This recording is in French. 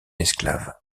esclave